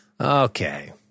Okay